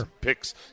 picks